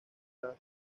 los